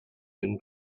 him